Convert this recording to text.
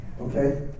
Okay